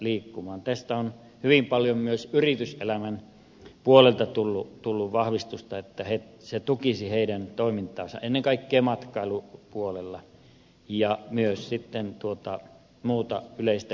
tästä on hyvin paljon myös yrityselämän puolelta tullut vahvistusta että se tukisi heidän toimintaansa ennen kaikkea matkailupuolella ja myös sitten muuta yleistä liikkumista